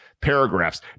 paragraphs